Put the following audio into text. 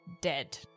dead